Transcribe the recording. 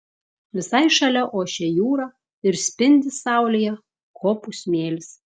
visai šalia ošia jūra ir spindi saulėje kopų smėlis